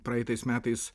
praeitais metais